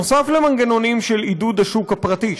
נוסף על מנגנון של עידוד השוק הפרטי,